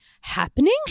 happening